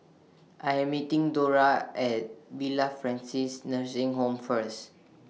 I Am meeting Dora At Villa Francis Nursing Home First